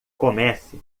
comece